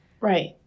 Right